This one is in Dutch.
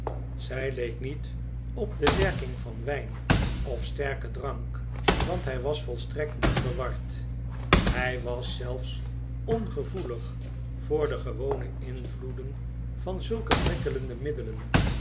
zij leek niet op de werking van wijn of sterken drank want hij was volstrekt niet verward hij was zelfs ongevoelig voor den gewonen invloed van zulke prikkelende middelen